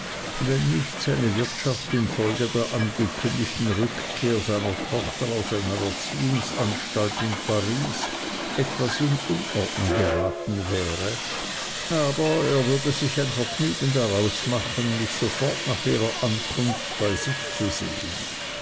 wenn nicht seine wirtschaft infolge der angekündigten rückkehr seiner tochter aus einer erziehungsanstalt in paris etwas in unordnung geraten wäre aber er würde sich ein vergnügen daraus machen mich sofort nach ihrer ankunft bei sich zu sehen